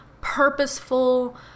purposeful